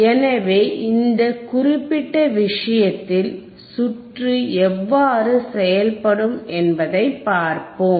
எனவே இந்த குறிப்பிட்ட விஷயத்தில் சுற்று எவ்வாறு செயல்படும் என்பதைப் பார்ப்போம்